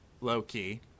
low-key